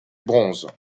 bronze